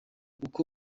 uko